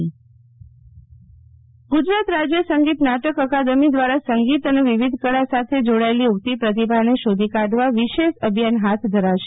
શીતલ વૈશ્નવ સંગીત નાટક અકાદમી ગુજરાત રાજ્ય સંગીત નાટક અકાદમી દ્વારા સંગીત અને વિવિધ કળા સાથે જોડાચેલી ઊગતી પ્રતિભા ને શોધી કાઢવા વિશેષ અભિયાન હાથ ધરાશે